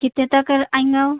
کتنے تک آئیں گا